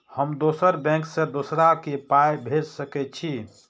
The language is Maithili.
हम दोसर बैंक से दोसरा के पाय भेज सके छी?